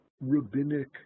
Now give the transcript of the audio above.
rabbinic